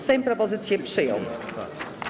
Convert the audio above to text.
Sejm propozycję przyjął.